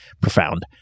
profound